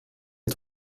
est